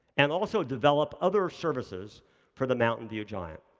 and also develop other services for the mountain view giant.